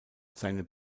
seine